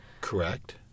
Correct